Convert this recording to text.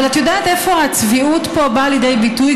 אבל את יודעת איפה הצביעות פה באה לידי ביטוי,